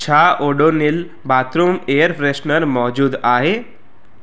छा Odonil bathroom air freshener मौज़ूदु आहे